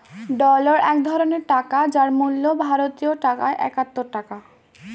dollar এক ধরনের টাকা যার মূল্য ভারতীয় টাকায় একাত্তর টাকা